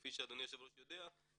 כפי שאדוני היו"ר יודע,